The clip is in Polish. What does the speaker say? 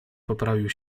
poprawił